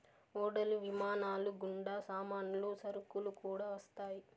ఓడలు విమానాలు గుండా సామాన్లు సరుకులు కూడా వస్తాయి